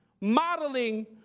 Modeling